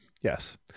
yes